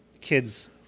kids